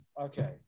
okay